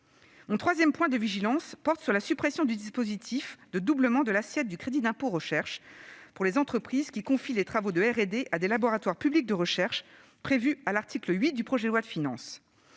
Mon troisième point de vigilance porte sur la suppression du dispositif de doublement de l'assiette du crédit d'impôt recherche pour les entreprises qui confient des travaux de recherche et développement à des laboratoires publics de recherche, dispositif prévu à l'article 8 du projet de loi de finances.